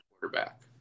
quarterback